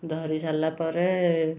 ଧରିସାରିଲା ପରେ